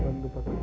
బంధు పథకం